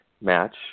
match